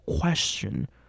question